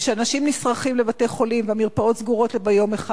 כשאנשים נשרכים לבתי-החולים והמרפאות סגורות יום אחד